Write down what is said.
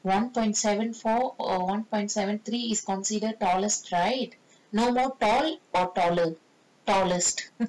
one point seven four err one point seven three is considered tallest right normal tall or taller tallest